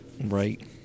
Right